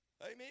Amen